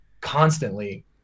constantly